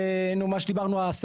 ומה שדיברנו עליו,